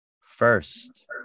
first